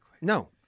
No